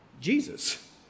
Jesus